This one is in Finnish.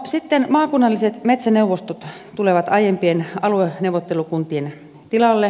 sitten maakunnalliset metsäneuvostot tulevat aiempien alueneuvottelukuntien tilalle